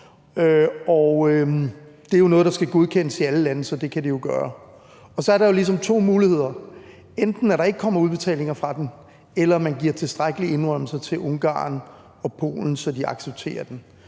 Det er noget, der skal godkendes i alle lande, så det kan de jo gøre. Så er der ligesom to muligheder: Enten at der ikke kommer udbetalinger fra den, eller at man giver tilstrækkelige indrømmelser til Ungarn og Polen, så de accepterer den.